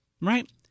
right